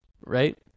right